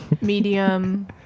medium